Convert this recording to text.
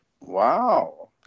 Wow